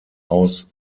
aus